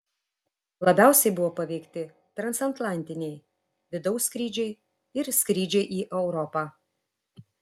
labiausiai buvo paveikti transatlantiniai vidaus skrydžiai ir skrydžiai į europą